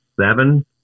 seven